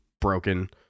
broken